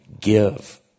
give